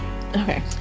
Okay